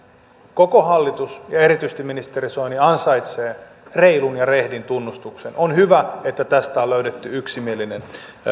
koko hallitus ja erityisesti ministeri soini ansaitsee reilun ja rehdin tunnustuksen on hyvä että tästä on löydetty yksimielinen